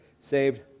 saved